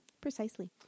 precisely